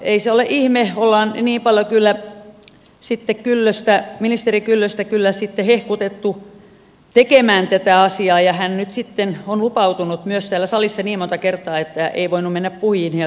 ei se ole ihme ollaan niin paljon kyllä sitten ministeri kyllöstä hehkutettu tekemään tätä asiaa ja hän nyt sitten on lupautunut myös täällä salissa niin monta kertaa että ei voinut mennä puihin ja se on ihan hyvä